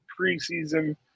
preseason